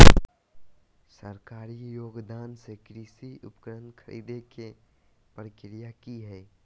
सरकारी योगदान से कृषि उपकरण खरीदे के प्रक्रिया की हय?